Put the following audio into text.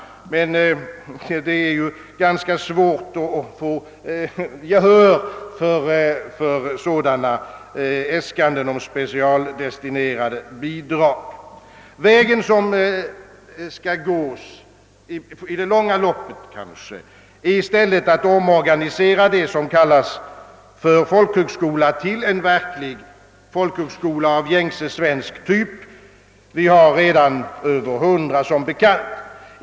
Det är emellertid ganska svårt att vinna gehör för sådana äskanden om specialdestinerade bidrag. Den väg som man: i framtiden bör gå är i stället att-ömorganisera det som nu kallas för folk-' högskola till en verklig folkhögskola av gängse svensk typ — vi har som bekant redan över hundra sådana.